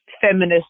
feminist